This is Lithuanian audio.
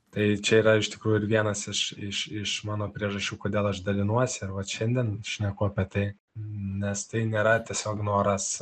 tai čia yra iš tikrųjų ir vienas iš iš iš mano priežasčių kodėl aš dalinuosi ir vat šiandien šneku apie tai nes tai nėra tiesiog noras